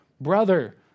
brother